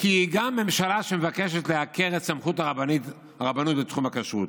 כי היא גם ממשלה שמבקשת לעקר את סמכות הרבנות בתחום הכשרות.